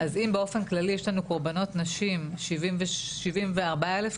אם באופן כללי יש לנו קורבנות נשים, 74,000 כמעט,